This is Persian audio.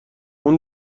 اون